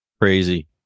Crazy